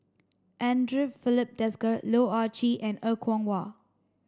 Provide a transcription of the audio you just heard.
Andre Filipe Desker Loh Ah Chee and Er Kwong Wah